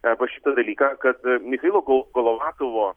apie šitą dalyką kad michailo golovatovo